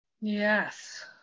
Yes